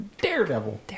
daredevil